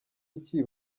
iki